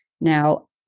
Now